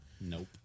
Nope